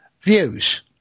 views